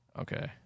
Okay